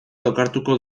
lokartuko